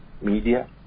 media